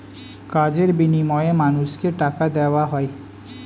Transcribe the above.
কাজের বিনিময়ে মানুষকে টাকা দেওয়া হয়